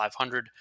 500